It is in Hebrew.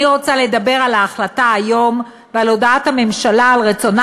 אני רוצה לדבר על ההחלטה היום ועל הודעת הממשלה על רצונה